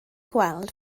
gweld